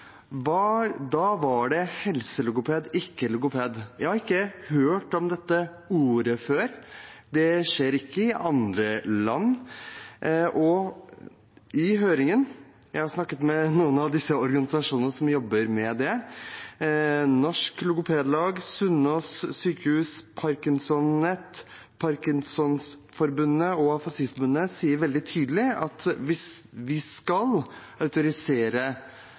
var helselogoped, ikke logoped. Jeg har ikke hørt dette ordet før. Dette skjer ikke i andre land. Jeg har snakket med noen av de organisasjonene som jobber med dette. Norsk Logopedlag, Sunnaas sykehus, ParkinsonNet, Parkinsonforbundet og Afasiforbundet sier veldig tydelig at hvis vi skal autorisere